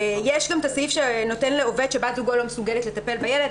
יש גם הסעיף שנותן לעובד שבת זוגו לא מסוגלת לטפל בילד,